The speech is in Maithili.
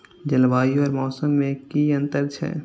जलवायु और मौसम में कि अंतर छै?